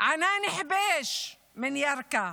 ענאן חביש מירכא,